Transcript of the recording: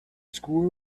squirrel